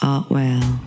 Artwell